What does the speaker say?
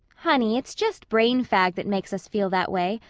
honey, it's just brain fag that makes us feel that way,